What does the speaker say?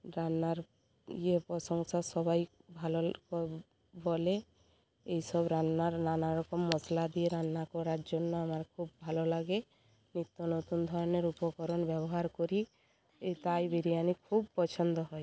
রান্নার ইয়ে প্রশংসা সবাই ভালো বো বলে এই সব রান্নার নানা রকম মশলা দিয়ে রান্না করার জন্য আমার খুব ভালো লাগে নিত্য নতুন ধরনের উপকরণ ব্যবহার করি তাই বিরিয়ানি খুব পছন্দ হয়